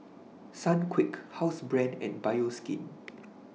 Sunquick Housebrand and Bioskin